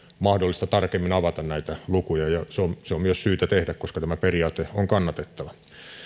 mahdollista tarkemmin avata näitä lukuja ja se on myös syytä tehdä koska tämä periaate on kannatettava